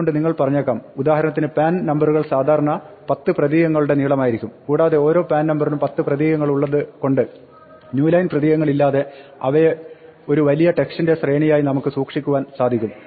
അതുകൊണ്ട് നിങ്ങൾ പറഞ്ഞേക്കാം ഉദാഹരണത്തിന് പാൻ നമ്പറുകൾ സാധാരണ 10 പ്രതീകങ്ങളുടെ നീളമായിരിക്കും കൂടാതെ ഓരോ പാൻ നമ്പറിലും 10 പ്രതീകങ്ങളുള്ളത് കൊണ്ട് ന്യൂ ലൈൻ പ്രതീകങ്ങളില്ലാതെ അവയെ ഒരു വലിയ ടെക്സ്റ്റിന്റെ ശ്രേണിയായി നമുക്ക് സൂക്ഷിക്കുവാൻ സാധിക്കും